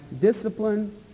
discipline